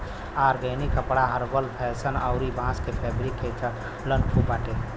organic कपड़ा herbal fashion अउरी बांस के फैब्रिक के चलन खूब बाटे